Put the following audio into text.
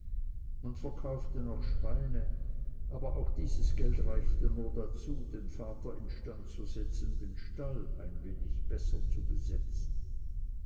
man verkaufte noch schweine aber auch dieses geld reichte nur dazu den vater in stand zu setzen den stall ein wenig besser zu besetzen